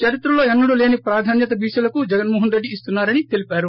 చరిత్రలో ఎన్నడూ లేని ప్రాధాన్యత బీసీలకు జగన్ మోహన్ రెడ్డి ఇస్తున్నారని తెలిపారు